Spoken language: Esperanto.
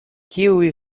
kiuj